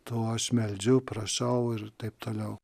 to aš meldžiu prašau ir taip toliau